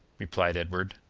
replied edward,